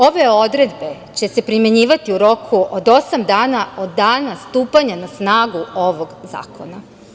Ove odredbe će se primenjivati u roku od osam dana od dana stupanja na snagu ovog zakona.